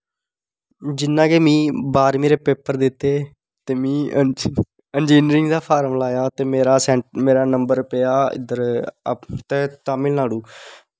जियां कि में बाह्रमीं दे पेपर दित्ते ते में ईजीनरिंग दा फार्म लाया ते मेरे नंबर पेआ तामिल नाडू